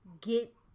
Get